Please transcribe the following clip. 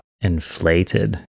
inflated